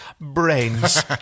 Brains